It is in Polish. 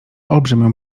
olbrzymią